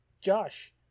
Josh